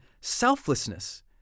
selflessness